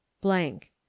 blank